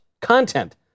content